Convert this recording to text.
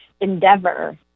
endeavor